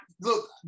Look